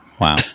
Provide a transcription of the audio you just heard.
Wow